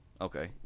Okay